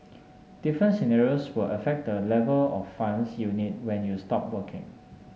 different scenarios will affect the level of funds you need when you stop working